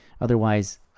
Otherwise